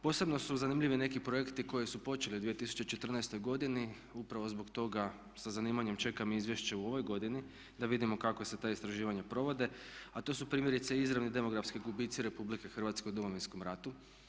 Posebno su zanimljivi neki projekti koji su počeli u 2014. godini upravo zbog toga sa zanimanjem čekam i izvješće u ovoj godini da vidimo kako se ta istraživanja provode a to su primjerice izravni demografski gubici Republike Hrvatske u Domovinskom ratu.